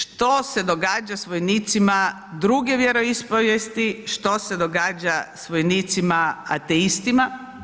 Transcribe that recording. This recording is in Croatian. Što se događa s vojnicima druge vjeroispovijesti, što se događa s vojnicima ateistima?